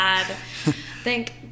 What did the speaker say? Thank